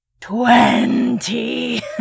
Twenty